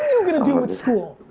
you gonna do at school?